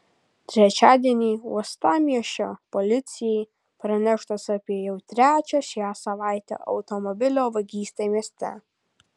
trečiadienį uostamiesčio policijai praneštas apie jau trečią šią savaitę automobilio vagystę mieste